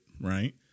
right